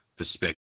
perspective